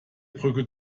brücke